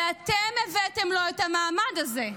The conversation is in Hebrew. ואתם הבאתם לו את המעמד הזה.